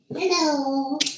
Hello